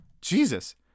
Jesus